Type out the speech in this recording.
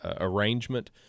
arrangement